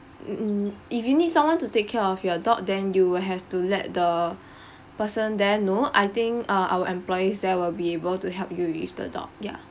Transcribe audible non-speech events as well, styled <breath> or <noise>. mm mm if you need someone to take care of your dog then you will have to let the <breath> person there know I think uh our employees there will be able to help you with the dog ya